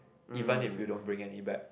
even if you don't bring any back